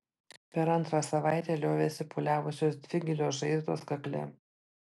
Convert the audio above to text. per antrą savaitę liovėsi pūliavusios dvi gilios žaizdos kakle